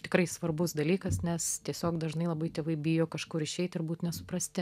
tikrai svarbus dalykas nes tiesiog dažnai labai tėvai bijo kažkur išeiti ir būt nesuprasti